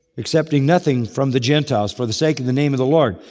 accepting nothing from the gentiles for the sake of the name of the lord.